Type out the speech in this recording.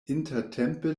intertempe